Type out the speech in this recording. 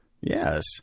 Yes